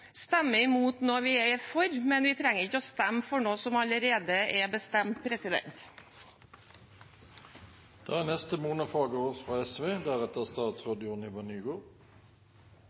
imot når vi er for, men vi trenger ikke å stemme for noe som allerede er bestemt.